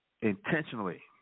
intentionally